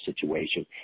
situation